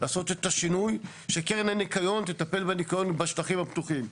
לעשות את השינוי שקרן הניקיון תטפל בניקיון בשטחים הפתוחים.